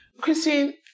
Christine